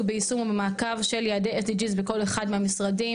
ביישום ובמעקב של יעדי SDG בכל אחד מהמשרדים,